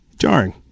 jarring